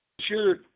Sure